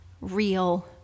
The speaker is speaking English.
real